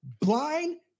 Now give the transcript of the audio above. blind